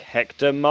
Hector